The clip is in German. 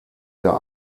der